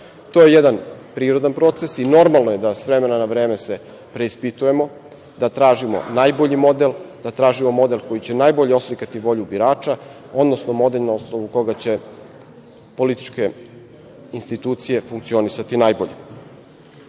To je jedan prirodan proces i normalno je da se s vremena na vreme preispitujemo, da tražimo najbolji model, da tražimo model koji će najbolje oslikati volju birača, odnosno model na osnovu koga će političke institucije funkcionisati najbolje. Ove